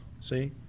See